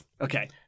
Okay